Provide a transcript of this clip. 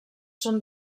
són